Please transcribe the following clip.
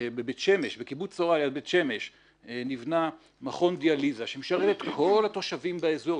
בקיבוץ צרעה ליד בית שמש ניבנה מכון דיאליזה שמשרת את כל התושבים באזור,